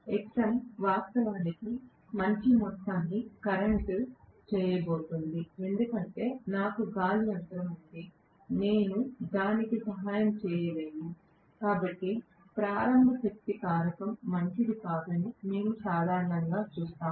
Xm వాస్తవానికి మంచి మొత్తాన్ని కరెంట్ చేయబోతోంది ఎందుకంటే నాకు గాలి అంతరం ఉంది నేను దానికి సహాయం చేయలేను కాబట్టి ప్రారంభ శక్తి కారకం మంచిది కాదని మేము సాధారణంగా చూస్తాము